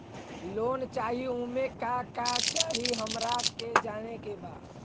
Loan चाही उमे का का चाही हमरा के जाने के बा?